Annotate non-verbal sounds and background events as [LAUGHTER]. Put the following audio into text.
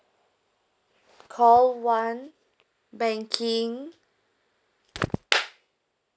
call one banking [NOISE]